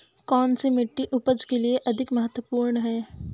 कौन सी मिट्टी उपज के लिए अधिक महत्वपूर्ण है?